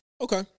Okay